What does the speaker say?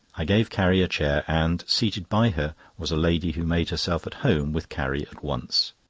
i gave carrie a chair, and seated by her was a lady who made herself at home with carrie at once.